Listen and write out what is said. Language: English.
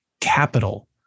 Capital